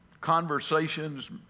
conversations